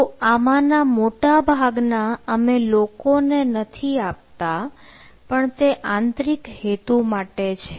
તો આમાંના મોટાભાગના અમે લોકોને આપતા નથી પણ તે આંતરિક હેતુ માટે છે